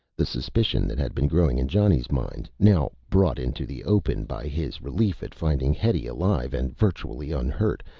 the suspicion that had been growing in johnny's mind, now brought into the open by his relief at finding hetty alive and virtually unhurt,